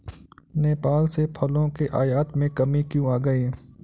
नेपाल से फलों के आयात में कमी क्यों आ गई?